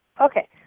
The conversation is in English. Okay